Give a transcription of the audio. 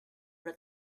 però